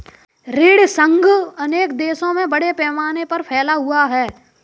ऋण संघ अनेक देशों में बड़े पैमाने पर फैला हुआ है